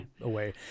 away